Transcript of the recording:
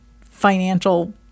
financial